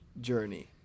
journey